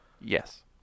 Yes